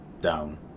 down